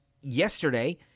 yesterday